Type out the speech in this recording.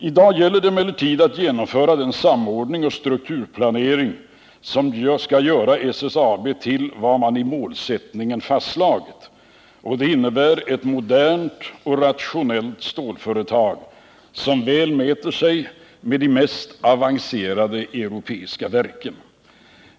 I dag gäller det emellertid att genomföra den samordning och strukturplanering som skall göra SSAB till vad man i målsättningen har fastslagit. Det innebär ett modernt och rationellt stålföretag, som väl mäter sig med de mest avancerade europeiska verken.